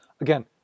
again